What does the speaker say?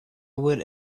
would